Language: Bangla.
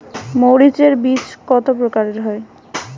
মরিচ এর বীজ কতো প্রকারের হয়?